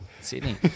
Sydney